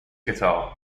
guitar